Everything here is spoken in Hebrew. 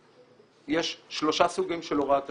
יש שלושה סוגים של הוראת תשלום.